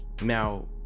now